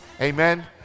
Amen